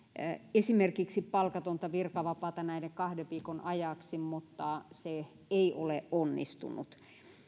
esimerkiksi palkatonta virkavapaata näiden kahden viikon ajaksi mutta se ei ole onnistunut